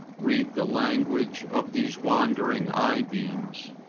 read the language of these wandering eye-beams.